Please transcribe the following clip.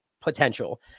potential